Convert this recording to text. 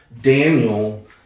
Daniel